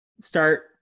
start